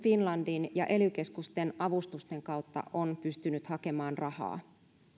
finlandin ja ely keskusten avustusten kautta on pystynyt hakemaan rahaa